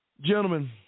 gentlemen